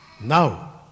now